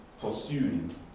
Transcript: pursuing